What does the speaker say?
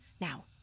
Now